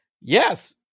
Yes